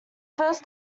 first